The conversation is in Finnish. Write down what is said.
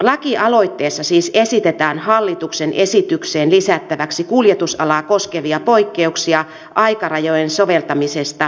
lakialoitteessa siis esitetään hallituksen esitykseen lisättäväksi kuljetusalaa koskevia poikkeuksia aikarajojen soveltamisesta seuraavasti